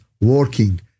working